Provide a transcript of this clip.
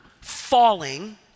falling